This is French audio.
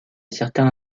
certains